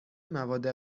مواد